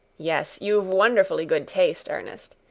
yes, you've wonderfully good taste, ernest.